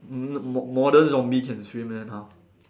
m~ mo~ modern zombie can swim eh now